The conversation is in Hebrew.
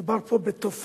מדובר פה בתופעה